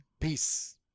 peace